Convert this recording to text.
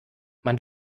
man